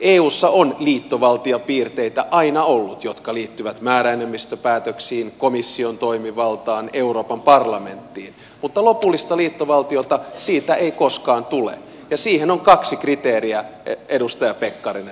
eussa on aina ollut liittovaltiopiirteitä jotka liittyvät määräenemmistöpäätöksiin komission toimivaltaan euroopan parlamenttiin mutta lopullista liittovaltiota siitä ei koskaan tule ja siihen on kaksi kriteeriä edustaja pekkarinen